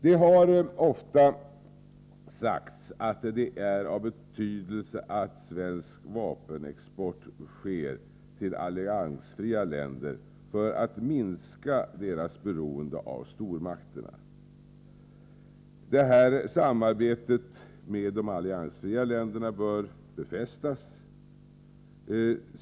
Det har ofta sagts att det är av betydelse att svensk vapenexport sker till alliansfria länder för att minska deras beroende av stormakterna. Det här samarbetet med de alliansfria länderna bör befästas.